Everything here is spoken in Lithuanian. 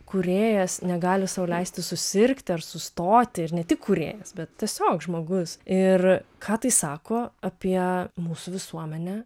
kūrėjas negali sau leisti susirgti ar sustoti ir ne tik kūrėjas bet tiesiog žmogus ir ką tai sako apie mūsų visuomenę